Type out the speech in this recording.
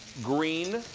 green,